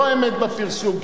לא אמת בפרסום,